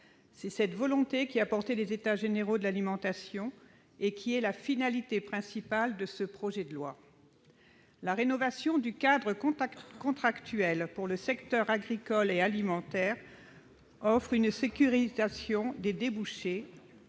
C'est cette volonté qui a porté les États généraux de l'alimentation et qui est la finalité principale de ce projet de loi. La rénovation du cadre contractuel pour le secteur agricole et alimentaire offre une sécurisation des débouchés,